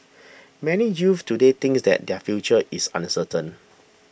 many youths today think that their future is uncertain